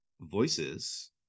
voices